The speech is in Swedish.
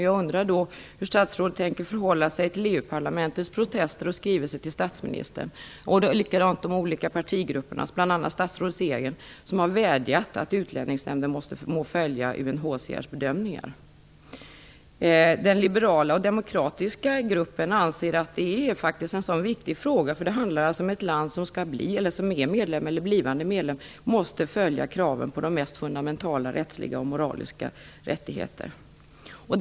Jag undrar mot den bakgrunden hur statsrådet tänker förhålla sig till EU parlamentets protester och skrivelse till statsministern. Dessutom har olika partigrupper, bl.a. statsrådets egen, vädjat om att Utlänningsnämnden skall beakta UNHCR:s bedömningar. Den liberala och demokratiska gruppen anser att detta är en viktig fråga. Ett land som är medlem eller som skall bli medlem måste följa kraven på iakttagande av de mest fundamentala rättsliga och moraliska rättigheterna.